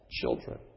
Children